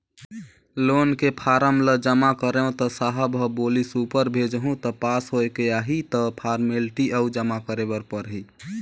loan के form ल जमा करेंव त साहब ह बोलिस ऊपर भेजहूँ त पास होयके आही त फारमेलटी अउ जमा करे बर परही